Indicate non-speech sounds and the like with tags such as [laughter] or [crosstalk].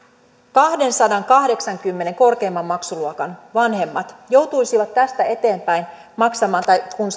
kahdensadankahdeksankymmenen euron korkeimman maksuluokan vanhemmat joutuisivat tästä eteenpäin maksamaan tai kun [unintelligible]